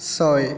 ছয়